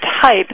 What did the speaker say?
type